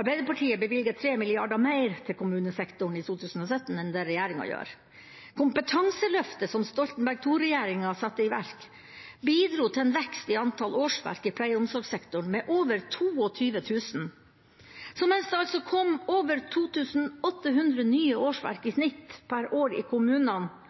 Arbeiderpartiet bevilger 3 mrd. kr mer til kommunesektoren i 2017 enn det regjeringa gjør. Kompetanseløftet, som Stoltenberg II-regjeringa satte i verk, bidro til en vekst i antall årsverk i pleie- og omsorgssektoren på over 22 000. Mens det kom over 2 800 nye årsverk i snitt per år i